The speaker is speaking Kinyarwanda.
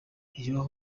yaha